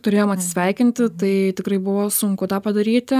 turėjom atsisveikinti tai tikrai buvo sunku tą padaryti